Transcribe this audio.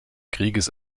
krieges